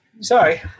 Sorry